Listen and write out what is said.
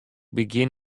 begjin